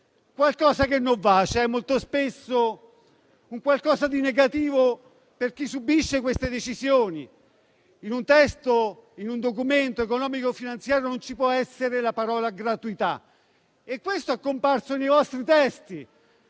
qualcosa che non va e c'è molto spesso un qualcosa di negativo per chi subisce queste decisioni. In un documento economico-finanziario non ci può essere la parola "gratuità", che invece è comparsa nei vostri testi,